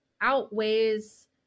outweighs